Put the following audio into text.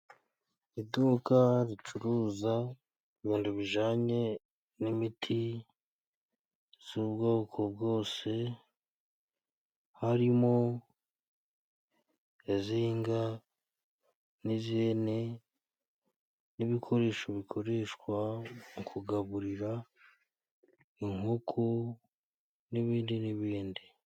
Iduka ricuruza ibintu bijanye n'imiti z'ubwoko bwose，harimo iz'inga n'iz'ihene， n'ibikoresho bikoreshwa mu kugaburira inkoko n'ibindi n'ibindi.